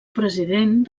president